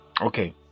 okay